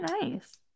nice